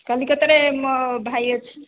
କଲିକତା ରେ ମୋ ଭାଇ ଅଛି